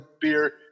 beer